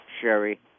Sherry